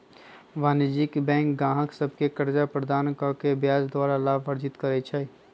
वाणिज्यिक बैंक गाहक सभके कर्जा प्रदान कऽ के ब्याज द्वारा लाभ अर्जित करइ छइ